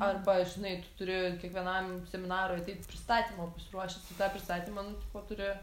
arba žinai tu turi kiekvienam seminarui ateit pristatymą pasiruošęs tu tą pristatymą nu tipo turi